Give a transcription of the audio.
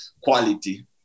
quality